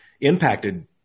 impacted